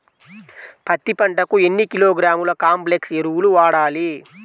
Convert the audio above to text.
పత్తి పంటకు ఎన్ని కిలోగ్రాముల కాంప్లెక్స్ ఎరువులు వాడాలి?